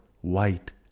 white